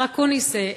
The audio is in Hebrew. השר אקוניס,